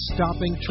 Stopping